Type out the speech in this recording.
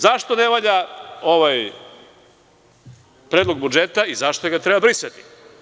Zašto ne valja ovaj Predlog budžeta i zašto ga treba brisati?